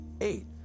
eight